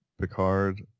Picard